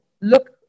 Look